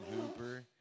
Hooper